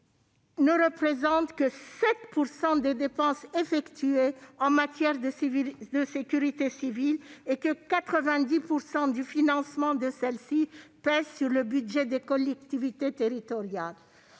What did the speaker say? ne représente que 7 % des dépenses réalisées en matière de sécurité civile, et que 90 % du financement de celle-ci pèse sur le budget des collectivités territoriales.